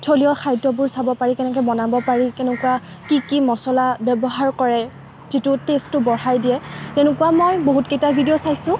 থলুৱা খাদ্যবোৰ চাব পাৰি কেনেকৈ বনাব পাৰি কেনেকুৱা কি কি মচলা ব্যৱহাৰ কৰে যিটো টেষ্টটো বঢ়াই দিয়ে তেনেকুৱা মই বহুতকেইটা ভিডিঅ' চাইছোঁ